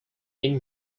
main